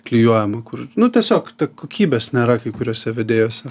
klijuojama kur nu tiesiog kokybės nėra kai kuriuose vedėjuose